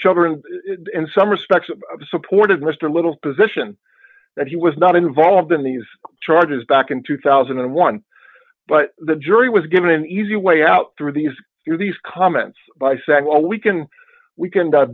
children in some respects supported mr little position that he was not involved in these charges back in two thousand and one but the jury was given an easy way out through these these comments by saying oh we can we can